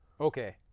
Okay